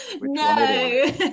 No